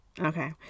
Okay